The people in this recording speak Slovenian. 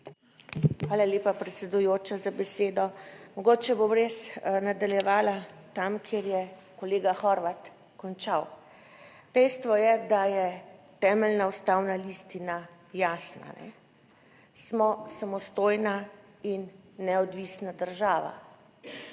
Hvala lepa predsedujoča za besedo. Mogoče bom res nadaljevala tam, kjer je kolega Horvat končal. Dejstvo je, da je temeljna ustavna listina jasna. Smo samostojna in neodvisna država.